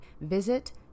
visit